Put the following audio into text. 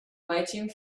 waiting